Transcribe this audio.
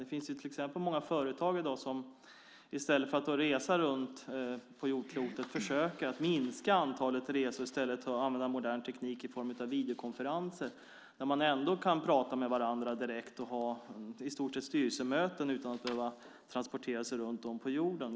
Det finns till exempel många företag i dag som i stället för att resa runt på jordklotet försöker minska antalet resor och i stället använda modern teknik i form av videokonferenser. Då kan man ändå prata med varandra direkt och i stort sett ha styrelsemöten utan att behöva transportera sig runt om på jorden.